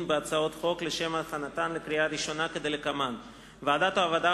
בהצעות חוק לשם הכנתן לקריאה ראשונה: ועדת העבודה,